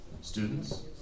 students